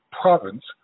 province